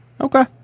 okay